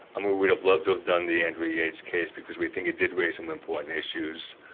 and we would have loved to have done the andrea yates case because we think it did raise some important issues.